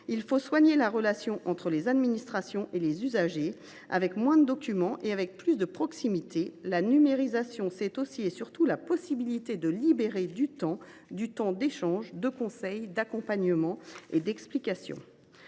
Il faut soigner la relation entre les administrations et les usagers, en prévoyant moins de documents et plus de proximité. La numérisation, c’est aussi et surtout la possibilité de libérer du temps – du temps d’échange, de conseil, d’accompagnement et d’explication.